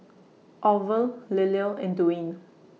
Orvel Liller and Dwaine